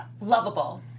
Lovable